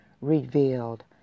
revealed